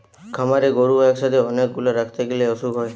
খামারে গরু একসাথে অনেক গুলা রাখতে গ্যালে অসুখ হয়